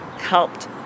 helped